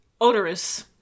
odorous